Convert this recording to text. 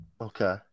Okay